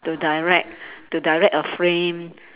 to direct to direct a film